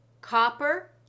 copper